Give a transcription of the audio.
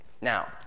Now